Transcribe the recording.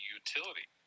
utility